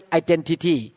identity